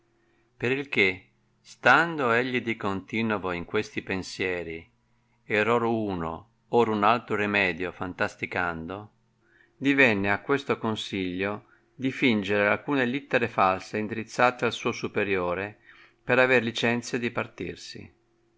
che stando egli di continovo in questi pensieri e or uno or un altro rimedio fantasticando divenne a questo consiglio di fingere alcune littere false indrizzate al suo superiore per aver licenzia